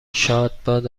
شادباد